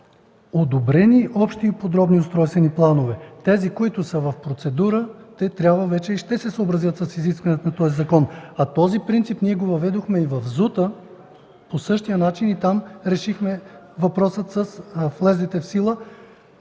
за одобрени общи и подробни устройствени планове. Тези, които са в процедура, вече трябва и ще се съобразят с изискванията на този закон, а този принцип ние го въведохме в ЗУТ-а по същия начин и там решихме въпроса с влезлите в сила